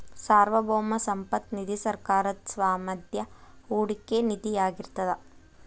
ಸಾರ್ವಭೌಮ ಸಂಪತ್ತ ನಿಧಿ ಸರ್ಕಾರದ್ ಸ್ವಾಮ್ಯದ ಹೂಡಿಕೆ ನಿಧಿಯಾಗಿರ್ತದ